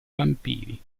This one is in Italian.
vampiri